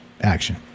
Action